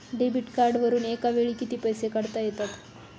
Debit कार्डवरुन एका वेळी किती पैसे काढता येतात?